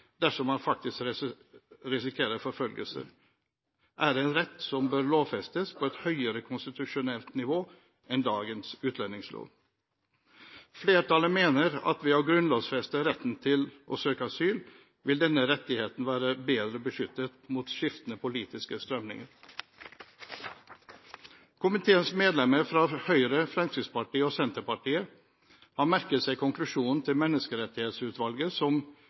dersom man faktisk risikerer forfølgelse, er en rett som bør lovfestes på et høyere konstitusjonelt nivå enn dagens utlendingslov. Flertallet mener at ved å grunnlovfeste retten til å søke asyl vil denne rettigheten være bedre beskyttet mot skiftende politiske strømninger. Komiteens medlemmer fra Høyre, Fremskrittspartiet og Senterpartiet har merket seg konklusjonen til Menneskerettighetsutvalget, som